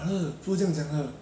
brother 不是这样讲的